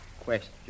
Question